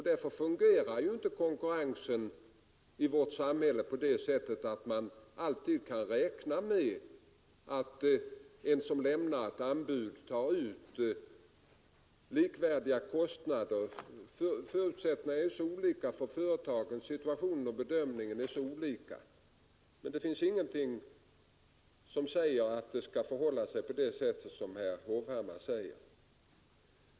Därför fungerar inte konkurrensen i vårt samhälle på det sättet att man alltid kan räkna med att de som lämnar anbud har likvärdiga kostnader. De olika företagens förutsättningar, situation och bedömning är så olika. Det finns ingenting som säger att det förhåller sig så som herr Hovhammar säger.